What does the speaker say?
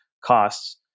costs